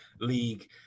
league